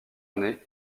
année